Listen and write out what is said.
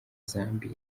zambia